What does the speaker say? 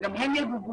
גם הם יגובו.